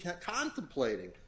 contemplating